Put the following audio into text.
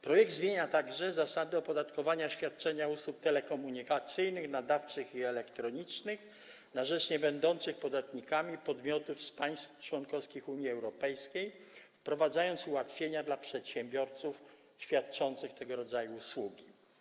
Projekt zmienia także zasadę opodatkowania świadczenia usług telekomunikacyjnych, nadawczych i elektronicznych na rzecz niebędących podatnikami podmiotów z państw członkowskich Unii Europejskiej, wprowadzając ułatwienia dla przedsiębiorców świadczących tego rodzaju usługi.